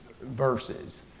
verses